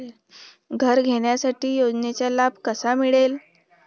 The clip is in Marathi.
घर घेण्यासाठी योजनेचा लाभ कसा मिळेल?